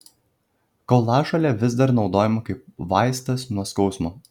kaulažolė vis dar naudojama kaip vaistas nuo skausmo